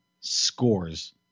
scores